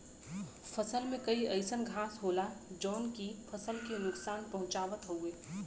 फसल में कई अइसन घास होला जौन की फसल के नुकसान पहुँचावत हउवे